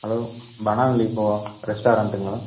hello banana லீஃபோ ரெஸ்ட்டாரென்ட்டுங்களா